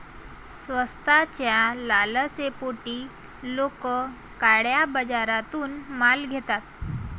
स्वस्ताच्या लालसेपोटी लोक काळ्या बाजारातून माल घेतात